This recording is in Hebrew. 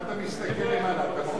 נתקבלו.